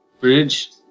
bridge